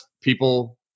people